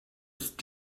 ist